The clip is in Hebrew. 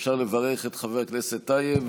אפשר לברך את חבר הכנסת טייב,